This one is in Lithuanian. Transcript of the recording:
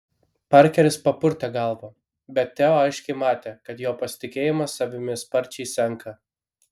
parkeris papurtė galvą bet teo aiškiai matė kad jo pasitikėjimas savimi sparčiai senka